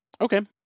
Okay